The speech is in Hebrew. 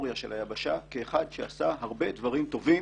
בהיסטוריה כאחד שעשה הרבה דברים טובים